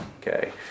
Okay